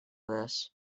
this